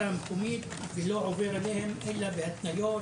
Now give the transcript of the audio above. מקומית ולא עובר אליהם אלא בהתניות,